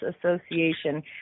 Association